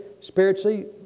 spiritually